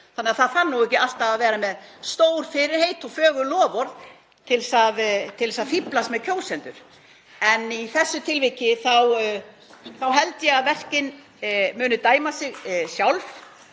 Þannig að það þarf ekki alltaf að vera með stór fyrirheit og fögur loforð til þess að fíflast með kjósendur. En í þessu tilviki held ég að verkin muni dæma sig sjálf,